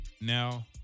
now